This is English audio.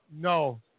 No